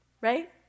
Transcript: Right